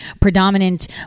predominant